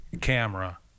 camera